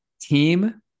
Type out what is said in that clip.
team